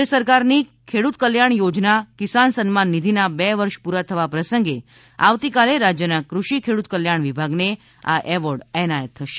કેન્દ્ર સરકારની ખેડૂત કલ્યાણ યોજના કિસાન સન્માન નિધીના બે વર્ષ પૂરા થવા પ્રસંગે આવતીકાલે રાજ્યના કૃષિ ખેડૂત કલ્યાણ વિભાગને આ એવોર્ડ એનાયત થશે